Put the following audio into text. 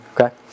okay